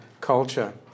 culture